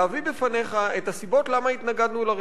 להביא בפניך את הסיבות למה התנגדנו לרפורמה.